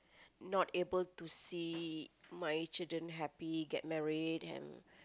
not able to see my children happy get married and